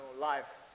life